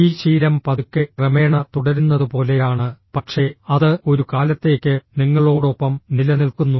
ഈ ശീലം പതുക്കെ ക്രമേണ തുടരുന്നതുപോലെയാണ് പക്ഷേ അത് ഒരു കാലത്തേക്ക് നിങ്ങളോടൊപ്പം നിലനിൽക്കുന്നു